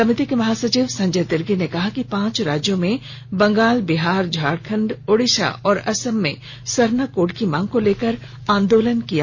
समिति के महासचिव संजय तिर्की ने कहा कि पांच राज्यों में बंगाल बिहार झारखंड ओड़िशा और असम में सरना कोड की मांग को लेकर आंदोलन किया जा रहा है